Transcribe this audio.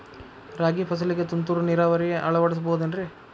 ರಾಗಿ ಫಸಲಿಗೆ ತುಂತುರು ನೇರಾವರಿ ಅಳವಡಿಸಬಹುದೇನ್ರಿ?